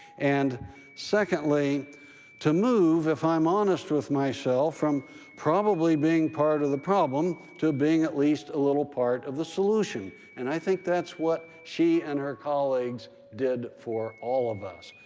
and secondly to move, if i'm honest with myself, from probably being part of the problem to being at least a little part of the solution. and i think that's what she and her colleagues did for all of us.